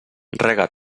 rega